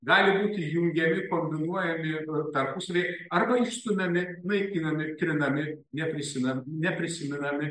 gali būti jungiami kombinuojami tarpusavyje arba išstumiami naikinami trinami neprisime neprisimenami